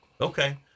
Okay